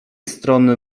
strony